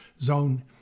Zone